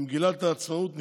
במגילת העצמאות נכתב: